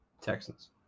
Texans